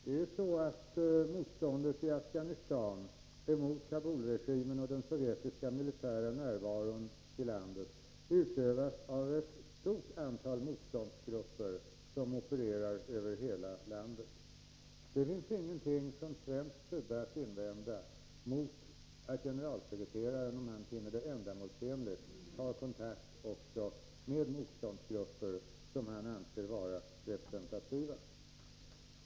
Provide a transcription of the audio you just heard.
Fru talman! Det afghanska motståndet emot Kabulregimen och den sovjetiska militära närvaron i Afghanistan utövas av ett stort antal motståndsgrupper, som opererar över hela landet. Det finns från svensk sida ingenting att invända mot att generalsekreteraren, om han finner det ändamålsenligt, tar kontakt också med motståndsgrupper som han anser vara representativa.